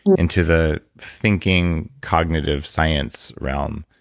into the thinking cognitive science realm.